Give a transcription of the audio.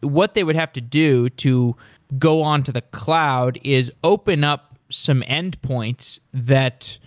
what they would have to do to go on to the cloud is open up some endpoints that